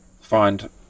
find